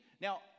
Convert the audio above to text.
Now